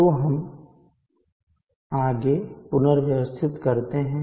तो हम आगे पुनर्व्यवस्थित करते हैं